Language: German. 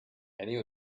ernie